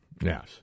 yes